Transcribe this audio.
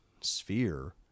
sphere